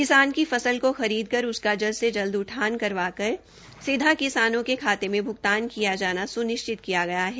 किसान की फसल को खरीद कर उसका जल्द से जल्द उठान करवाकर सीधा किसानों के खाते में भुगतान किया जाना सुनिश्चित किया गया है